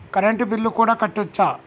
Current bill కూడా కట్టొచ్చా?